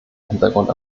hintergrund